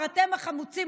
אתם החמוצים.